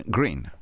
Green